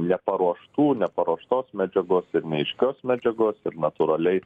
neparuoštų neparuoštos medžiagos ir neaiškios medžiagos ir natūraliai